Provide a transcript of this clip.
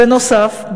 בנוסף,